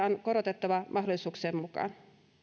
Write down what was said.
on korotettava mahdollisuuksien mukaan